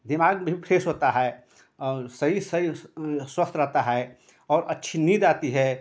दिमाग़ भी फ्रेश होता है और शरीर शरीर स्वस्थ रहता है और अच्छी नीन्द आती है